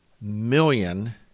million